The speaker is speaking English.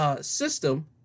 system